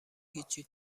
هیچی